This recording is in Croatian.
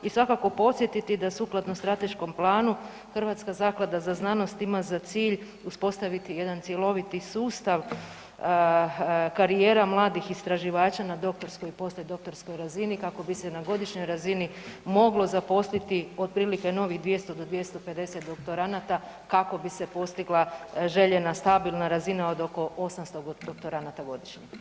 I svakako, podsjetiti da sukladno strateškom planu, Hrvatska zaklada za znanost ima za cilj uspostaviti jedan cjeloviti sustav karijera mladih istraživača na doktorskoj i poslijedoktorskoj razini, kako bi se na godišnjoj razini moglo zaposliti otprilike novih 200 do 250 doktoranada kako bi se postigla željena stabilna razina od oko 800 doktoranada godišnje.